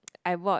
I bought